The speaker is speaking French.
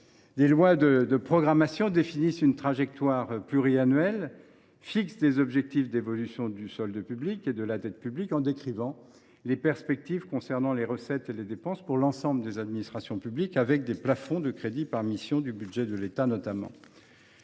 Les lois de programmation définissent une trajectoire pluriannuelle, fixent des objectifs d’évolution du solde public et de la dette publique, en décrivant les perspectives relatives aux recettes et aux dépenses pour l’ensemble des administrations publiques, notamment des plafonds de crédits par mission du budget de l’État.